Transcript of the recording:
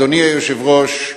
אדוני היושב-ראש,